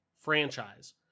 franchise